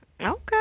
Okay